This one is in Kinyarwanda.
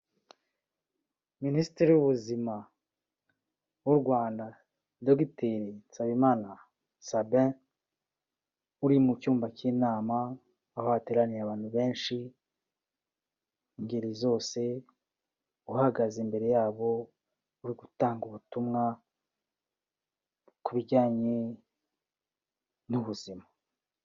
Minisitiri w'Ubuzima w'u Rwanda Dr. Sabien NSANZIMANA uri mu cyumba cy'inama, aho hateraniye abantu benshi, ingeri zose uhagaze imbere yabo uri gutanga ubutumwa ku bijyanye n'ubuzima.